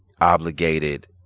obligated